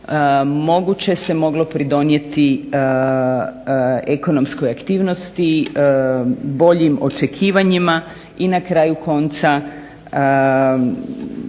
Moguće se moglo pridonijeti ekonomskoj aktivnosti, boljim očekivanjima i na kraju konca